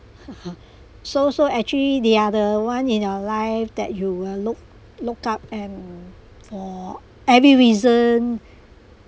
so so actually they are the one in your life that you will look up for every reason